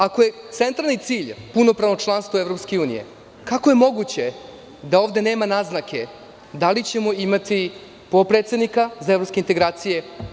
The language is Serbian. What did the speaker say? Ako je centralni cilj punopravno članstvo EU, kako je moguće da ovde nema naznake da li ćemo imati potpredsednika za evropske integracije?